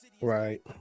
right